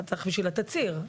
צריך בשביל התצהיר,